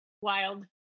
wild